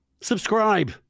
Subscribe